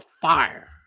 fire